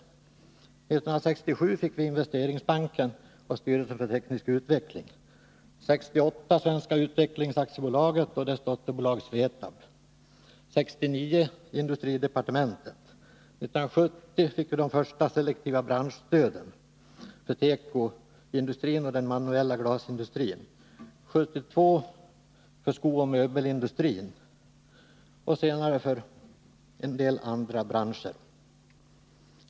1967 fick vi Investeringsbanken och styrelsen för teknisk utveckling, 1968 Svenska utvecklingsaktiebolaget och dess dotterbolag Svetab, 1969 industridepartementet. 1970 fick vi de första selektiva branschstöden, för tekoindustrin och den manuella glasindustrin, 1972 för skooch möbelindustrin och senare för en hel del andra branscher.